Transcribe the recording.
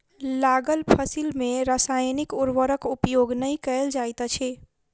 लागल फसिल में रासायनिक उर्वरक उपयोग नै कयल जाइत अछि